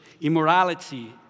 immorality